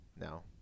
no